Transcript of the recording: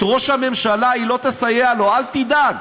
לראש הממשלה היא לא תסייע, אל תדאג.